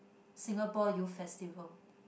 Singapore Youth Festival